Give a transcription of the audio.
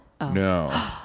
No